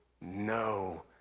no